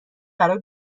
برای